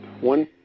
one